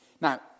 Now